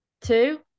two